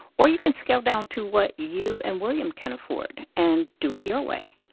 or you can scale down to what you and william can afford and do it your way.